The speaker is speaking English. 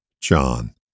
John